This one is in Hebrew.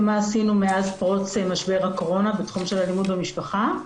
מאז פרוץ משבר הקורונה בתחום של אלימות במשפחה,